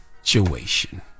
situation